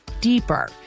deeper